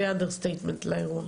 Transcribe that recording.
זה בלשון המעטה.